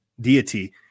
deity